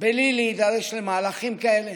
בלי להידרש למהלכים כאלה,